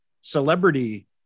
celebrity